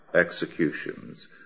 executions